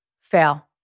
fail